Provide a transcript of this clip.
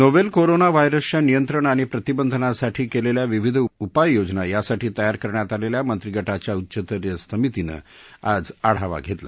novel corona वायरसच्या नियंत्रण आणि प्रतिबंधनासाठी केलेल्या विविध उपाययोजनांच्या यासाठी तयार करण्यात आलेल्या मंत्रिगटाच्या उच्चस्तरीय समितीनं आढावा घेतला